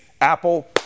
Apple